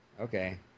Okay